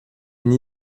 une